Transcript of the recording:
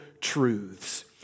truths